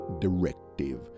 directive